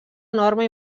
enorme